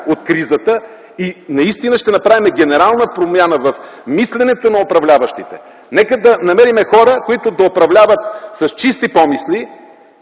от кризата и наистина ще направим генерална промяна в мисленето на управляващите. Нека да намерим хора, които да управляват с чисти помисли